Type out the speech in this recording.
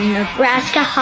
Nebraska